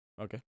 Okay